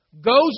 goes